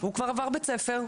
הוא כבר עבר בית ספר,